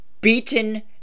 Beaten